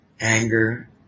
anger